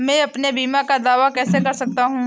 मैं अपने बीमा का दावा कैसे कर सकता हूँ?